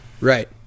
Right